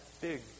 big